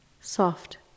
Soft